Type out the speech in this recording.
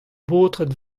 baotred